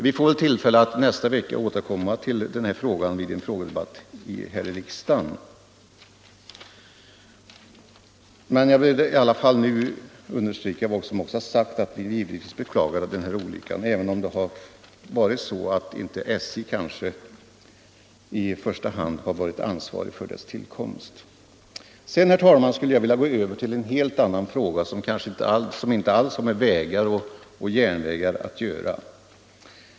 Vi får väl nästa vecka tillfälle att återkomma till detta spörsmål vid en frågedebatt här i kammaren, men jag vill i alla fall nu understryka att även vi från vänsterpartiet kommunisterna beklagar denna olycka. Sedan, herr talman, skulle jag vilja gå över till en helt annan fråga, som inte alls har med vägar och järnvägar att göra.